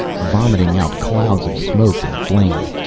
vomiting out clouds of smoke and flame.